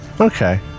Okay